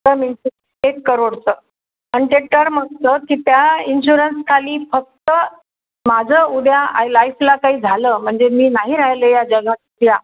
टम एक करोडचं आणि ते टर्म असतं की त्या इन्शुरन्सखाली फक्त माझं उद्या आहे लाईफला काही झालं म्हणजे मी नाही राहिले या जगात या